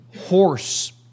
horse